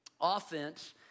Offense